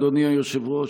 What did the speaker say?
אדוני היושב-ראש,